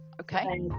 Okay